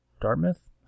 Dartmouth